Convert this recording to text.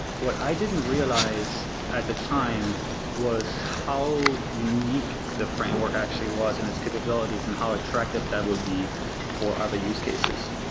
what i didn't realize at the time was how unique the framework actually was and its capabilities and how attractive that would be for the use cases.